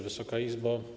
Wysoka Izbo!